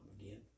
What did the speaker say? Again